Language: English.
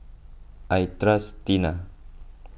I trust Tena